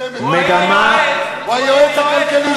גם הוא היה בממשלה